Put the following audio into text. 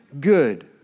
good